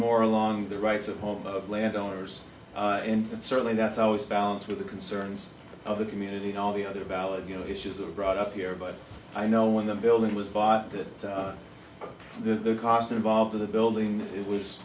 more along the rights of home of landowners in print certainly that's always balance with the concerns of the community and all the other valid you know issues that are brought up here but i know when the building was bought that the cost involved of the building it was